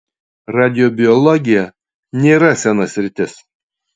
radiobiologija nėra sena sritis